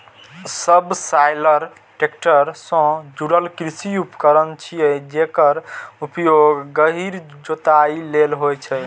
subsoiler tractor सं जुड़ल कृषि उपकरण छियै, जेकर उपयोग गहींर जोताइ लेल होइ छै